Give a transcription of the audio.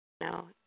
No